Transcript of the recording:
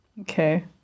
Okay